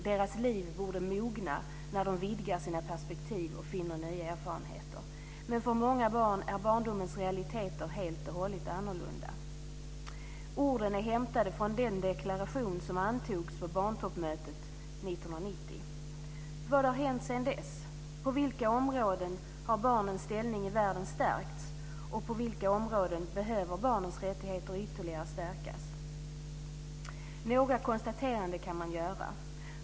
Deras liv borde mogna när de vidgar sina perspektiv och vinner nya erfarenheter ... Men för många barn är barndomens realiteter helt och hållet annorlunda." Orden är hämtade från den deklaration som antogs på barntoppmötet 1990. Vad har hänt sedan dess? På vilka områden har barnens ställning i världen stärkts, och på vilka områden behöver barnens rättigheter ytterligare stärkas? Några konstateranden kan man göra.